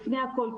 לפני הכול,